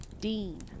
dean